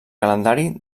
calendari